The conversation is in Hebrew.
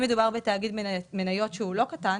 תאגיד מניות שהוא לא קטן